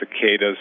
cicadas